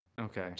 Okay